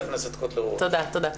תודה.